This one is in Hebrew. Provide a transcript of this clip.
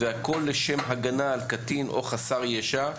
והכול לשם הגנה על קטין או חסר ישע,